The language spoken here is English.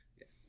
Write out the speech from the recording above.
Yes